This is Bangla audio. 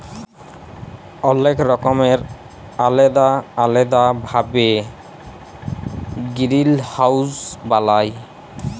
অলেক রকমের আলেদা আলেদা ভাবে গিরিলহাউজ বালায়